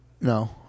No